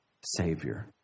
Savior